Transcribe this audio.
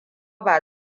ba